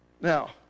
Now